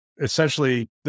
Essentially